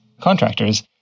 contractors